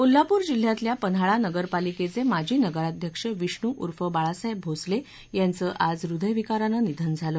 कोल्हापूर जिल्ह्यातील पन्हाळा नगर पालिकेचे माजी नगराध्यक्ष विष्णू उर्फ बाळासाहेब भोसले यांचं आज हृदयविकारानं निधन झालं